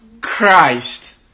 Christ